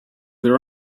their